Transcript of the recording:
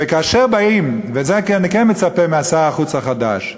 וכאשר באים, וזה אני כן מצפה משר החוץ החדש,